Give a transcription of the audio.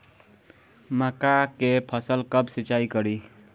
मका के फ़सल कब सिंचाई करी?